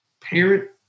parent